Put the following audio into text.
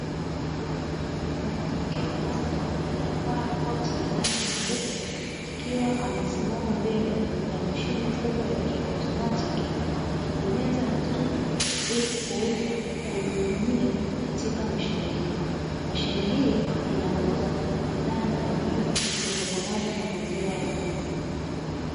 Mwanamke mmoja aliyevaa koti la rangi nyeupe akiwa amesimama mbele ya mashine kubwa ya kiotomatiki, akibonyeza vitufe ili kuweza kujihudumia katika mashine hiyo, mashine hii inauza bidhaa mbalimbali zitokanazo na maziwa ya ng'ombe.